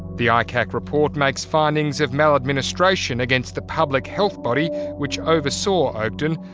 the icac report makes findings of maladministration against the public health body which oversaw oakden,